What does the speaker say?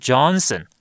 Johnson